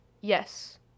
yes